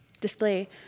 display